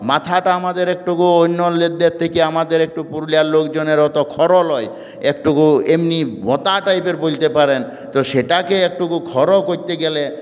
মাথাটা আমাদের একটু অন্য লোকদের থেকে একটু পুরুলিয়ার লোকজনের অত খর নয় একটুকু এমনই ভোঁতা টাইপের বলতে পারেন তো সেটাকে একটু খর করতে গেলে